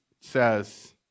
says